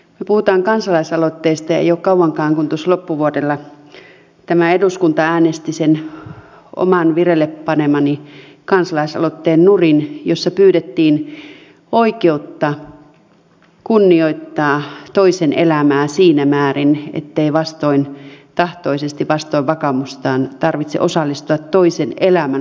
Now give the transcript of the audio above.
me puhumme kansalaisaloitteesta ja ei ole kauankaan tuossa loppuvuonna kun tämä eduskunta äänesti sen oman vireille panemani kansalaisaloitteen nurin jossa pyydettiin oikeutta kunnioittaa toisen elämää siinä määrin ettei vastentahtoisesti vastoin vakaumustaan tarvitse osallistua toisen elämän lopettamiseen